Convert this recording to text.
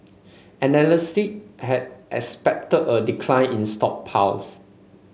analyst had expected a decline in stockpiles